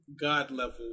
God-level